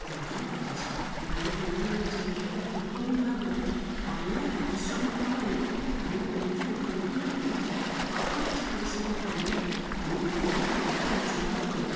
ଦରକାର ପଡ଼ୁଛି କାରଣ ପିଲାମାନେ ଚାହୁଁଛନ୍ତି କିପରି ଭାବରେ ଆମେ ପରିଶ୍ରମ ଫଳରେ ଆମେ କେମିତି ଉପରକୁ ଉପର ଯିବୁ ଅଳ୍ପ କିଛି ପରିଶ୍ରମ ଫଳରେ ଆମେ ବହୁତ ଟଙ୍କା ରୋଜଗାର କରିବୁ